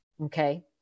Okay